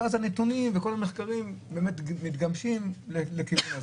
ואז הנתונים וכל המחקרים מתגמשים לכיוון הזה.